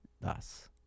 thus